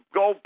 go